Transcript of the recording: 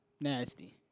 Nasty